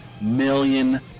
million